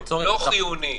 לא חיוני.